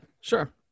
Sure